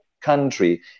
country